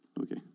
okay